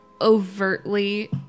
overtly